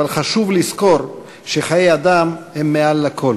אבל חשוב לזכור שחיי אדם הם מעל לכול.